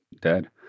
dead